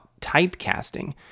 typecasting